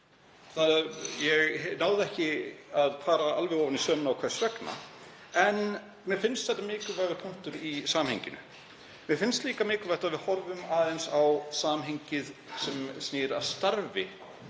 Ég náði ekki að fara ofan í saumana á því hvers vegna en mér finnst þetta mikilvægur punktur í samhenginu. Mér finnst líka mikilvægt að við horfum aðeins á samhengið sem snýr að starfinu